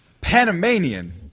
panamanian